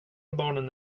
barnen